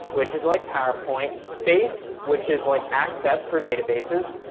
which is like powerpoint, base which is like access for databases,